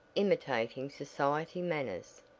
imitating society manners.